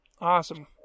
Awesome